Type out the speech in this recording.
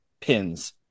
pins